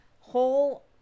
whole